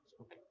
okay